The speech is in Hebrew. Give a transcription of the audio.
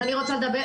שלום לכולם.